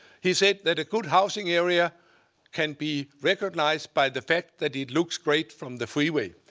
he said that a good housing area can be recognized by the fact that it looks great from the freeway.